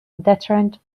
deterrent